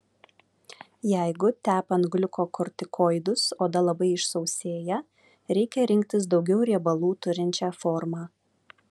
jeigu tepant gliukokortikoidus oda labai išsausėja reikia rinktis daugiau riebalų turinčią formą